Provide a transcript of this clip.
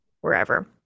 wherever